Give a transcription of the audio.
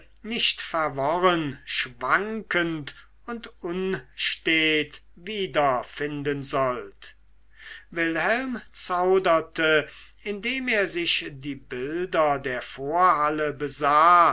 nicht verworren schwankend und unstät wiederfinden sollt wilhelm zauderte indem er sich die bilder der vorhalle besah